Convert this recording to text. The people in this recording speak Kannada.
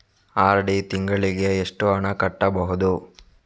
ಆರ್.ಡಿ ತಿಂಗಳಿಗೆ ಎಷ್ಟು ಹಣ ಕಟ್ಟಬಹುದು?